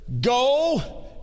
go